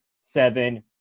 Seven